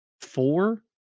four